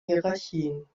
hierarchien